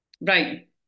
Right